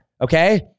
okay